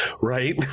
Right